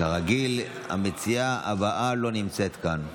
כרגיל, המציעה הבאה לא נמצאת כאן,